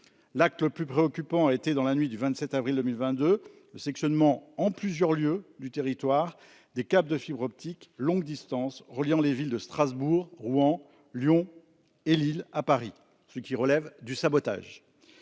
L'acte le plus préoccupant a été commis dans la nuit du 27 avril 2022 : le sectionnement en plusieurs lieux du territoire des câbles de fibre optique longue distance reliant les villes de Strasbourg, Rouen, Lyon et Lille à Paris, ce qui relève du sabotage.